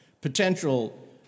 potential